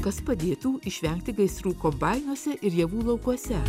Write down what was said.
kas padėtų išvengti gaisrų kombainuose ir javų laukuose